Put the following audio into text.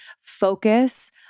focus